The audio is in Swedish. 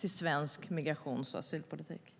i svensk migrations och asylpolitik.